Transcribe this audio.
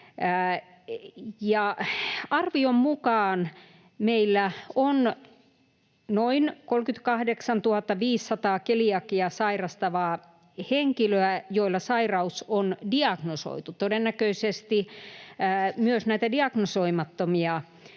Arvion mukaan meillä on noin 38 500 keliakiaa sairastavaa henkilöä, joilla sairaus on diagnosoitu — todennäköisesti tämän lisäksi on myös diagnosoimattomia keliakiapotilaita.